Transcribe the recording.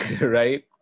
right